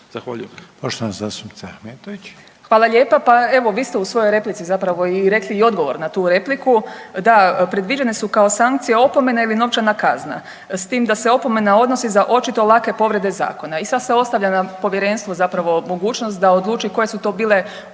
**Ahmetović, Mirela (SDP)** Hvala lijepo. Pa evo vi ste u svojoj replici zapravo i rekli i odgovor na tu repliku. Da, predviđene su kao sankcije opomene ili novčana kazna s tim da se opomena odnosi za očito lake povrede zakona i sad se ostavlja na povjerenstvu zapravo mogućnost da odluči koje su to bile